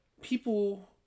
people